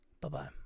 Bye-bye